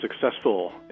successful